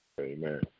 Amen